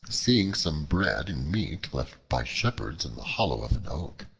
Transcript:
seeing some bread and meat left by shepherds in the hollow of an oak,